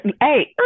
Hey